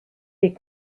les